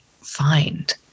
find